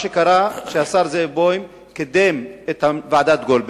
מה שקרה, שהשר זאב בוים קידם את ועדת-גולדברג,